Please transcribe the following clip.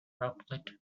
droplet